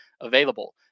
available